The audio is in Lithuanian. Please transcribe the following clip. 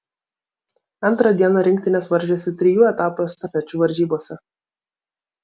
antrą dieną rinktinės varžėsi trijų etapų estafečių varžybose